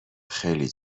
خیلی